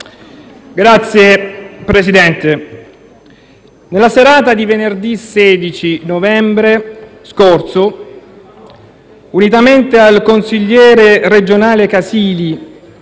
Signor Presidente, nella serata di venerdì 16 novembre scorso, unitamente al consigliere regionale Casili,